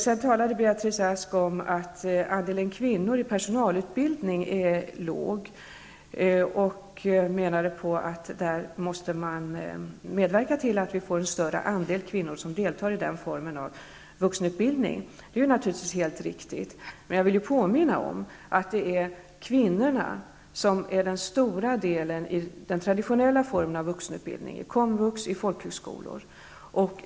Sedan talade Beatrice Ask om att antalet kvinnor i personalutbildning är lågt och menade att man måste medverka till att en större andel kvinnor deltar i den formen av vuxenutbildning. Det är naturligtvis helt riktigt. Men jag vill påminna om att kvinnorna utgör en stor andel av eleverna i den traditionella formen av vuxenutbildning i komvux och folkhögskolor.